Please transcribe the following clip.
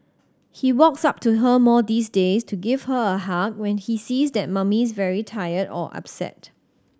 he walks up to her more these days to give her a hug when he sees that Mummy's very tired or upset